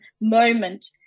moment